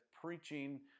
preaching